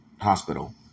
hospital